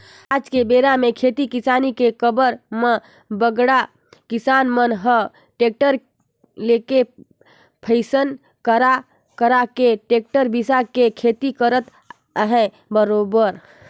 आज के बेरा म खेती किसानी के करब म बड़का किसान मन ह टेक्टर लेके फायनेंस करा करा के टेक्टर बिसा के खेती करत अहे बरोबर